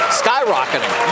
skyrocketing